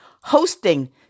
hosting